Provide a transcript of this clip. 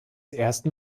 ersten